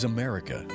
America